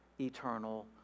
eternal